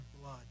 blood